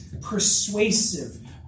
persuasive